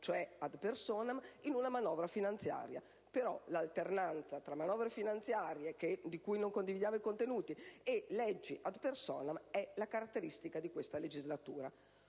cioè *ad personam*, in una manovra finanziaria. L'alternanza tra manovre finanziarie, di cui non condividiamo i contenuti, e leggi *ad personam* è la caratteristica di questa legislatura.